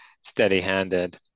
steady-handed